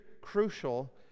crucial